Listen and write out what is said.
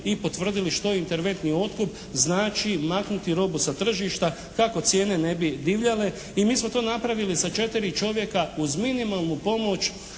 i potvrdili što interventni otkup znači maknuti robu sa tržišta kako cijene ne bi divljale. I mi smo to napravili sa 4 čovjeka uz minimalnu pomoć